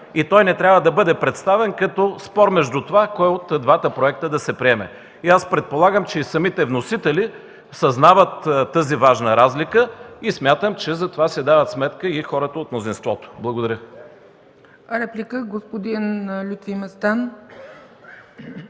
и той не трябва да бъде представен като спор кой от двата проекта да се приеме. Предполагам, че и самите вносители съзнават тази важна разлика и смятам, че за това си дават сметка и хората от мнозинството. Благодаря.